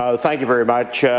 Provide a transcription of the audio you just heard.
ah thank you very much,